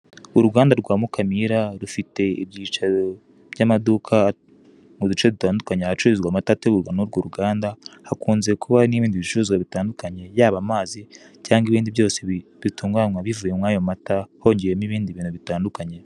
Uruganda rwa Mukamira rufite ibyicaro by'amaduka mu duce dutandukanye. Ahacururizwa amata ategurwa n'urwo ruganda hakunze kuba hari n'ibindi bicuruzwa bitandukanye, yaba amazi cyangwa ibindi byose bitunganywa bivuye muri ayo mata, hongewemo ibindi bintu bitandukanye.